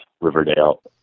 Riverdale